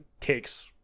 takes